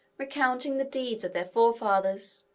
recounting the deeds of their forefathers.